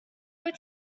were